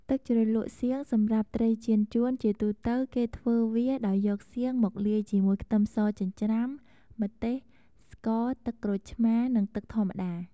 ទឹកជ្រលក់សៀងសម្រាប់ត្រីចៀនចួន ជាទូទៅគេធ្វើវា ដោយយកសៀងមកលាយជាមួយខ្ទឹមសចិញ្ច្រាំ ម្ទេស ស្ករ ទឹកក្រូចឆ្មារ និងទឹកធម្មតា។